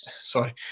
sorry